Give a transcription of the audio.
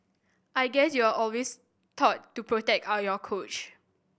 I guess you're always taught to protect on your coach